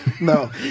no